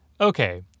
okay